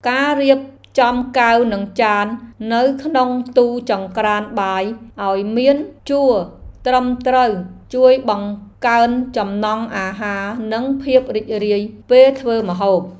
ការរៀបចំកែវនិងចាននៅក្នុងទូចង្រ្កានបាយឱ្យមានជួរត្រឹមត្រូវជួយបង្កើនចំណង់អាហារនិងភាពរីករាយពេលធ្វើម្ហូប។